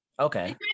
okay